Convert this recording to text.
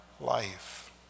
life